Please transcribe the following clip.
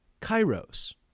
kairos